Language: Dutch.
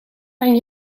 ben